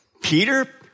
Peter